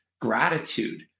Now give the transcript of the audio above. gratitude